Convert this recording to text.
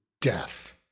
death